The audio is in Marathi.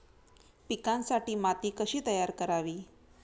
पिकांसाठी माती कशी तयार करावी?